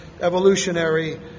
evolutionary